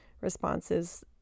responses